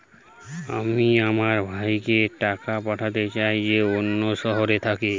আমি আমার ভাইকে টাকা পাঠাতে চাই যে অন্য শহরে থাকে